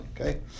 okay